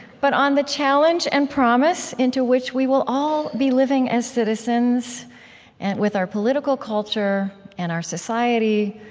but on the challenge and promise into which we will all be living as citizens and with our political culture and our society,